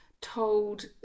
told